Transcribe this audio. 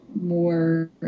more